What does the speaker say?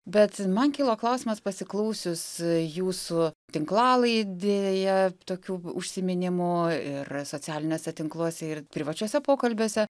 bet man kilo klausimas pasiklausius jūsų tinklalaidėje tokių užsiminimų ir socialiniuose tinkluose ir privačiuose pokalbiuose